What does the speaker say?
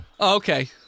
Okay